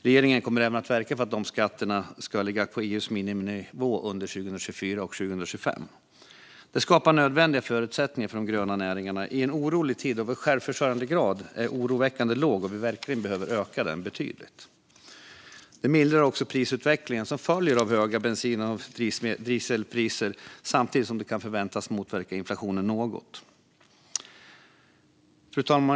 Regeringen kommer även att verka för att dessa skatter ska ligga på EU:s miniminivå under 2024 och 2025. Detta skapar nödvändiga förutsättningar för de gröna näringarna i en orolig tid då vår självförsörjningsgrad är oroväckande låg och behöver öka betydligt. Det mildrar också den prisutveckling som följer av de höga bensin och dieselpriserna, samtidigt som det kan förväntas motverka inflationen något. Fru talman!